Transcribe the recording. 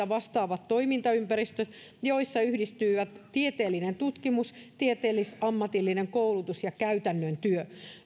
vastaavat toimintaympäristöt joissa yhdistyvät tieteellinen tutkimus tieteellis ammatillinen koulutus ja käytännön työ